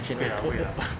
she could have told you